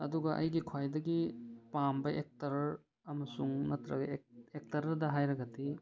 ꯑꯗꯨꯒ ꯑꯩꯒꯤ ꯈ꯭ꯋꯥꯏꯗꯒꯤ ꯄꯥꯝꯕ ꯑꯦꯛꯇꯔ ꯑꯃꯁꯨꯡ ꯅꯠꯇ꯭ꯔꯒ ꯑꯦꯛꯇꯔꯗ ꯍꯥꯏꯔꯒꯗꯤ